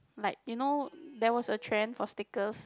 like you know there was a trend for stickers